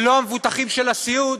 ולא המבוטחים של הסיעוד,